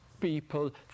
people